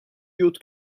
yacht